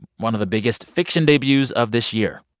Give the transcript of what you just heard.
one of the biggest fiction debuts of this year.